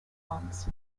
ponds